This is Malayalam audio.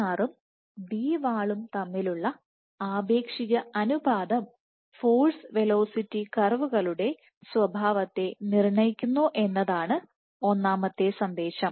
Dbr ഉംDwall ഉം തമ്മിലുള്ള ആപേക്ഷിക അനുപാതം ഫോഴ്സ് വെലോസിറ്റി കർവുകളുടെ സ്വഭാവത്തെ നിർണ്ണയിക്കുന്നു എന്നതാണ് ഒന്നാമത്തെ സന്ദേശം